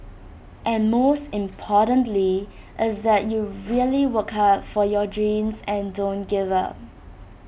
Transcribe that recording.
but most importantly is that you really work hard for your dreams and don't give up